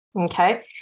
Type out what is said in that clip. Okay